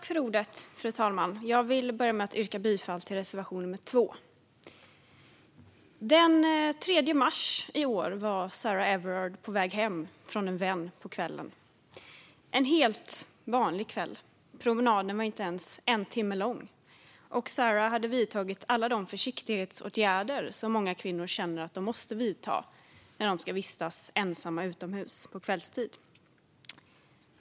Fru talman! Jag vill börja med att yrka bifall till reservation nummer 2. Den 3 mars i år var Sarah Everard på väg hem från en vän på kvällen. Det var en helt vanlig kväll. Promenaden var inte ens en timme lång. Sarah hade vidtagit alla de försiktighetsåtgärder som många kvinnor känner att de måste vidta när de ska vistas ensamma utomhus på kvällstid.